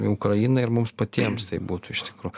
ukrainai ir mums patiems tai būtų iš tikrųjų